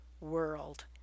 world